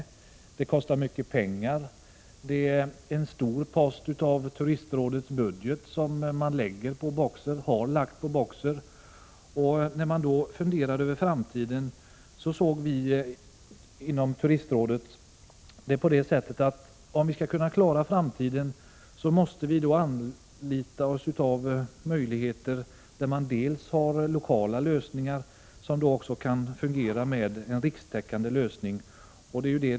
Det hela kostar mycket pengar. Turistrådet har haft stora kostnader för detta — det är en stor post i Turistrådets budget. När vi då funderade över framtiden inom Turistrådet tyckte vi, att om vi skall kunna klara framtiden, måste vi hitta dels lokala lösningar, dels rikstäckande lösningar.